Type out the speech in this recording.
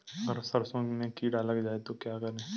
अगर सरसों में कीड़ा लग जाए तो क्या करें?